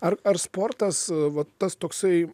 ar ar sportas va tas toksai